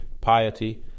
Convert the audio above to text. piety